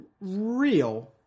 real